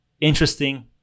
interesting